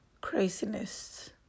craziness